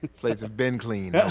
plates have been cleaned.